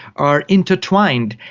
are intertwined.